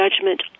judgment